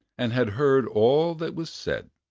and had heard all that was said.